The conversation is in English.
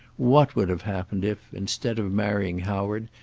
what would have happened if, instead of marrying howard,